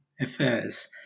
Affairs